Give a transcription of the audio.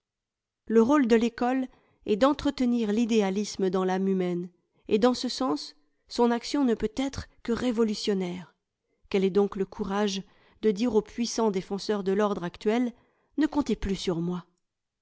le rôle de l'école est d'entretenir l'idéalisme dans l'âme humaine et dans ce sens son action ne peut être que révolutionnaire qu'elle ait donc le courage de dire aux puissants défenseurs de l'ordre actuel ne comptez plus sur moi